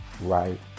right